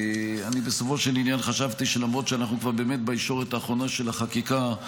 בסופו של עניין חשבתי שלמרות שאנחנו כבר באמת בישורת האחרונה של החקיקה,